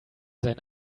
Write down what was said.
sein